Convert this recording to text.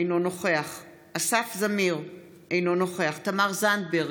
אינו נוכח אסף זמיר, אינו נוכח תמר זנדברג,